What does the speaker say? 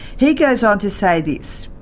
he goes on to say this,